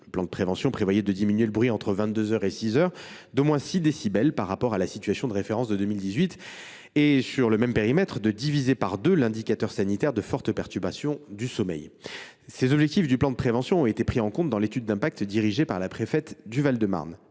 Le plan de prévention prévoyait de diminuer le bruit généré entre vingt deux heures et six heures d’au moins 6 décibels par rapport à la situation de référence de 2018 et, sur le même périmètre, de diviser par deux l’indicateur sanitaire de fortes perturbations du sommeil. Ces objectifs du plan de prévention ont été pris en compte dans l’étude d’impact dirigée par la préfète du Val de Marne.